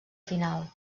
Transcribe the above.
final